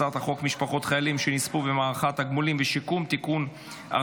הצעת חוק משפחות חיילים שנספו במערכה (תגמולים ושיקום) (תיקון,